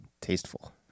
Tasteful